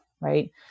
right